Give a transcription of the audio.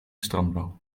strandbal